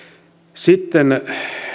sitten